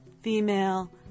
female